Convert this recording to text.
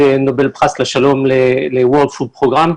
פרס נובל לשלום לתוכנית המזון העולמית,